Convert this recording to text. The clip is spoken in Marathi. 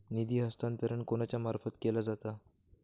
निधी हस्तांतरण कोणाच्या मार्फत केला जाता?